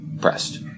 pressed